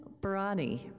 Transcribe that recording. Barani